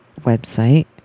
website